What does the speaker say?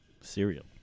Cereal